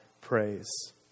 praise